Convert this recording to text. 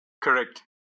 Correct